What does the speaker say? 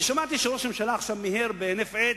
ושמעתי שראש הממשלה עכשיו מיהר, בהינף עט,